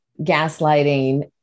gaslighting